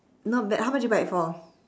not bad how much you buy it for